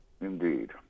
Indeed